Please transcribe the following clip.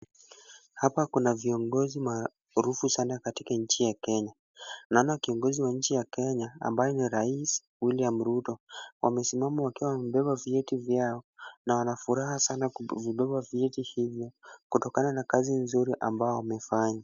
Hapa kuna viongozi maarufu sana katika nchi ya Kenya. Naona kiongozi wa nchi ya Kenya, ambaye ni Rais William Ruto. Wamesimama wakiwa wamebeba vyeti vyao, na wanafuraha sana kubeba vyeti hivyo kutokana na kazi nzuri ambayo wamefanya.